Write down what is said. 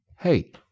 Hey